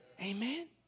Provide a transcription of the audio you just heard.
Amen